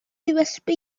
usb